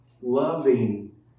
Loving